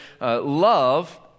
Love